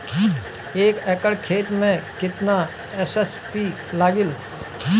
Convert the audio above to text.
एक एकड़ खेत मे कितना एस.एस.पी लागिल?